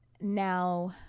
now